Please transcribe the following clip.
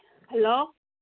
hello